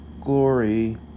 glory